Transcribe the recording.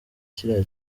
kiriya